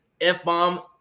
F-bomb